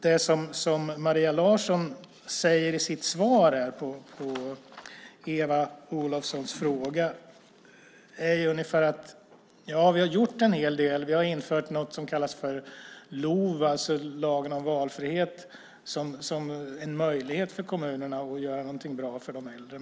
Det Maria Larsson säger i sitt svar på Eva Olofssons fråga är ungefär: Vi har gjort en hel del. Vi har infört något som kallas för LOV, alltså lagen om valfrihet, som en möjlighet för kommunerna att göra något bra för de äldre.